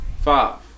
five